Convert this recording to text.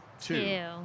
two